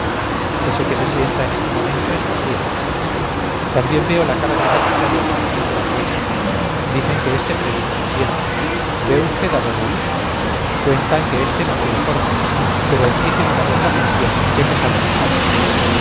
ese que se sienta en este momento es mejía también veo la cara seráfica de agustinito argüelles dicen que este predica muy bien ve usted a borrull cuentan que este no quiere cortes pero empiece de una vez la función qué pesados son